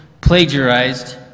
plagiarized